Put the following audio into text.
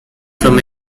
from